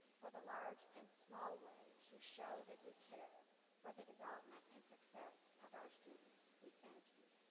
for the large and small ways you show that you care for the development and success of our students. we thank you.